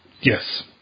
Yes